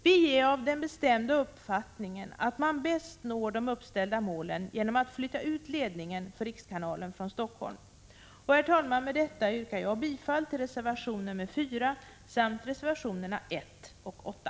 Vi är av den bestämda uppfattningen att man bäst når de uppställda målen genom att flytta ut ledningen för rikskanalen från Helsingfors. Herr talman! Med det anförda yrkar jag bifall till reservation 4 samt reservationerna 1 och 8.